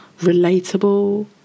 relatable